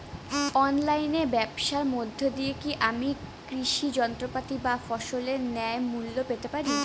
অনলাইনে ব্যাবসার মধ্য দিয়ে কী আমি কৃষি যন্ত্রপাতি বা ফসলের ন্যায্য মূল্য পেতে পারি?